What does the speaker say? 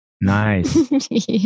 Nice